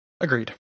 Agreed